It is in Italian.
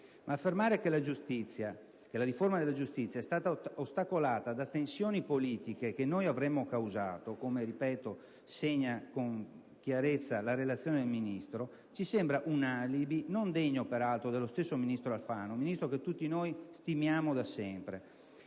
Affermare che la riforma della giustizia è stata ostacolata da tensioni politiche che noi avremmo causato, come - ripeto - segna con chiarezza la relazione del Ministro, ci sembra quindi un alibi non degno dello stesso ministro Alfano, che tutti noi stimiamo da sempre.